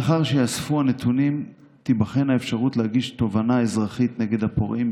לאחר שייאספו הנתונים תיבחן האפשרות להגיש תובענה אזרחית נגד הפורעים,